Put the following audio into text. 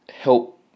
help